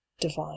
divine